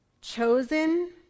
chosen